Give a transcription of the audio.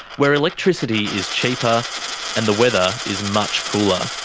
where electricity is cheaper and the weather is much cooler.